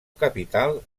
capital